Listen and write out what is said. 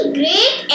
great